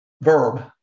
verb